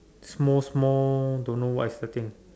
small small don't know what is the thing